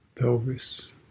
pelvis